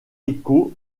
écho